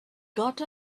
got